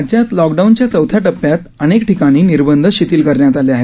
राज्यात लॉकडाऊनच्या चौथ्या टप्प्यात अनेक ठिकाणी निर्बध शिथिल करण्यात आले आहेत